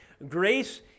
Grace